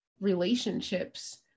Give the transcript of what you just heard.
relationships